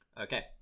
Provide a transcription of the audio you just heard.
okay